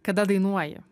kada dainuoji